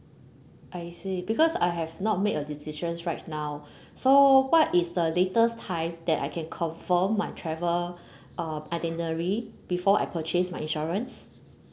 I see because I have not made a decisions right now so what is the latest time that I can confirm my travel uh itinerary before I purchase my insurance